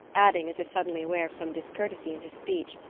adding, as if suddenly aware of some discourtesy in his speech,